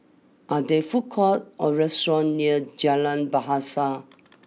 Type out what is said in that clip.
are there food courts or restaurants near Jalan Bahasa